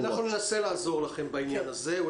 אנחנו ננסה לעזור לכם בעניין הזה,